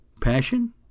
passion